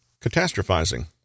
Catastrophizing